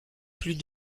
plus